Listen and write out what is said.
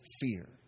fear